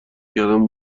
کردن